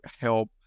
help